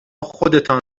خودتان